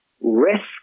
risk